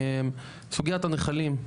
סוגיית הנחלים,